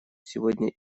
сегодня